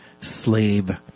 slave